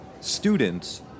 students